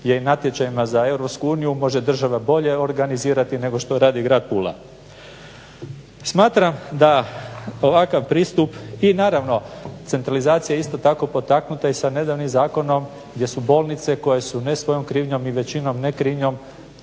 već i natječajima za Europsku uniju može država bolje organizirati nego što radi grad Pula. Smatram da ovakav pristup i naravno centralizacija isto tako potaknuta i sa nedavnim zakonom gdje su bolnice koje su ne svojom krivnjom i većinom ne krivnjom